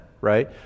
right